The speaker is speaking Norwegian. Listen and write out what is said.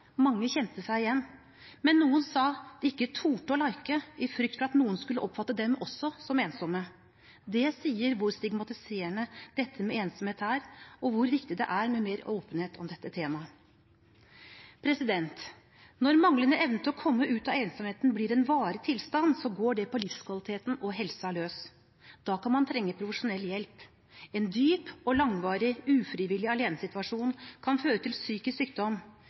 Mange kjente seg igjen. Men noen sa at de ikke turte å «like» i frykt for at noen skulle oppfatte dem også som ensomme. Det sier noe om hvor stigmatiserende dette med ensomhet er, og hvor viktig det er med mer åpenhet om dette temaet. Når manglende evne til å komme ut av ensomheten blir en varig tilstand, går det på livskvaliteten og helsa løs. Da kan man trenge profesjonell hjelp. En dyp og langvarig ufrivillig alenesituasjon kan føre til psykisk sykdom.